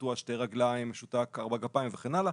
קטוע שתי רגליים; משותק ארבע גפיים וכן הלאה.